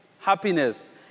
happiness